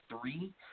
three